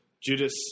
Judas